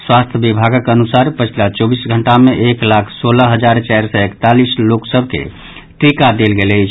स्वास्थ्य विभागक अनुसार पछिला चौबीस घंटा मे एक लाख सोलह हजार चारि सय एकतालीस लोक सभ के टीका देल गेल अछि